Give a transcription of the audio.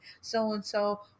so-and-so